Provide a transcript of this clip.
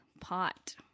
pot